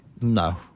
No